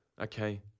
okay